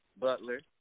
Butler